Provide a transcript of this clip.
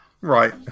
Right